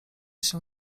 się